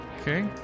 Okay